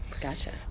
Gotcha